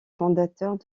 fondateurs